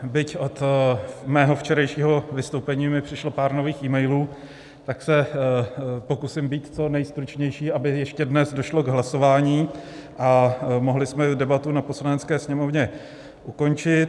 Byť od mého včerejšího vystoupení mi přišlo pár nových emailů, tak se pokusím být co nejstručnější, aby ještě dnes došlo k hlasování a mohli jsme debatu na Poslanecké sněmovně ukončit.